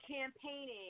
campaigning